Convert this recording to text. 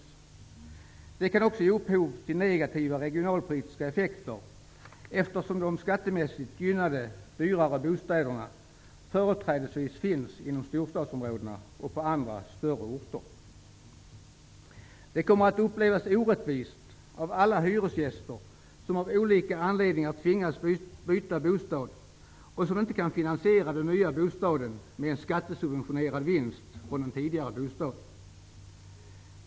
Detta kan också ge upphov till negativa regionalpolitiska effekter, eftersom de skattemässigt gynnade dyrare bostäderna företrädesvis finns inom storstadsområdena och på andra större orter. Det kommer att upplevas orättvist av alla hyresgäster som av olika anledningar tvingas byta bostad och som inte kan finansiera den nya bostaden med en skattesubventionerad vinst från en tidigare bostad.